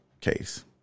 case